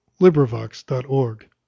LibriVox.org